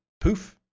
poof